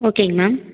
ஓகேங்க மேம்